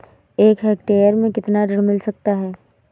एक हेक्टेयर में कितना ऋण मिल सकता है?